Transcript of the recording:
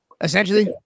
essentially